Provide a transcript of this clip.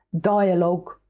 dialogue